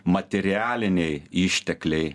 materialiniai ištekliai